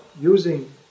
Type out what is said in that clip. using